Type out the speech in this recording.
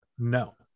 No